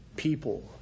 people